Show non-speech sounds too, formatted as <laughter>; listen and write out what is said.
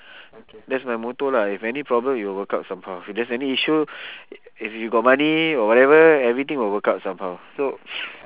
that's my motto lah if any problem it will work out somehow if there's any issue if you got money or whatever everything will work out somehow so <noise>